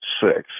six